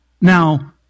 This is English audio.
now